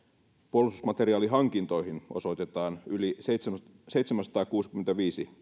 puolustusmateriaalihankintoihin osoitetaan yli seitsemänsataakuusikymmentäviisi